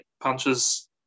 punches